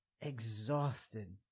exhausted